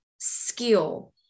skill